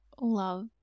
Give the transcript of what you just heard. love